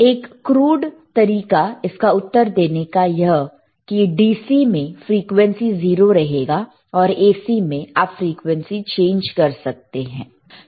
एक क्रूड तरीका इसका उत्तर देने का यह कि DC में फ्रीक्वेंसी 0 रहेगा और AC में आप फ्रीक्वेंसी चेंज कर सकते